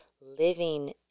living